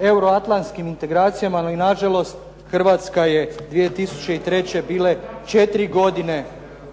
Euroatlantskim integracijama, ali nažalost Hrvatska je 2003. bila